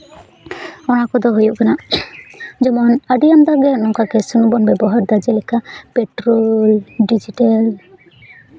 ᱚᱱᱟ ᱠᱚᱫᱚ ᱦᱩᱭᱩᱜ ᱠᱟᱱᱟ ᱡᱮᱢᱚᱱ ᱟᱹᱰᱤ ᱟᱢᱫᱟᱜᱮ ᱱᱚᱝᱠᱟ ᱜᱮᱥ ᱥᱩᱱᱩᱢ ᱵᱚᱱ ᱵᱮᱵᱚᱦᱟᱨᱫᱟ ᱡᱮᱞᱮᱠᱟ ᱯᱮᱴᱨᱳᱞ ᱰᱤᱡᱤᱴᱮᱞ